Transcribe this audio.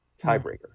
tiebreaker